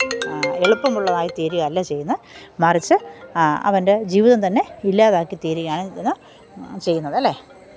എളുപ്പമുള്ളതായി തീരുകയല്ല ചെയ്യുന്നത് മറിച്ച് അവന്റെ ജീവിതം തന്നെ ഇല്ലാതാക്കി തീരുകയാണ് ഇത് ചെയ്യുന്നതല്ലേ